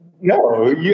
No